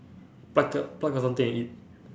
pluck out pluck out something and eat